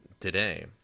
today